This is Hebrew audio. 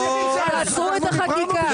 תעצרו את החקיקה.